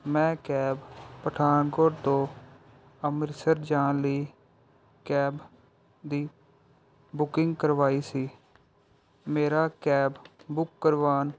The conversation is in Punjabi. ਮੈਂ ਕੈਬ ਪਠਾਨਕੋਟ ਤੋਂ ਅੰਮ੍ਰਿਤਸਰ ਜਾਣ ਲਈ ਕੈਬ ਦੀ ਬੁਕਿੰਗ ਕਰਵਾਈ ਸੀ ਮੇਰਾ ਕੈਬ ਬੁੱਕ ਕਰਵਾਉਣ